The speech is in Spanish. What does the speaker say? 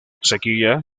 sequía